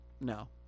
no